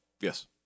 Yes